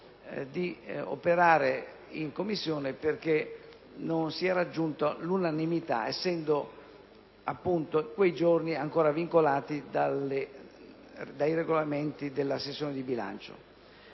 di operare in Commissione perché non si è raggiunta l'unanimità, essendo quei giorni ancora vincolati, come da Regolamento, dalla sessione di bilancio.